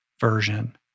version